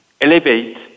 elevate